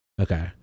Okay